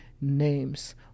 names